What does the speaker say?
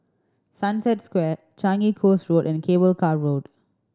Sunset Square Changi Coast Road and Cable Car Road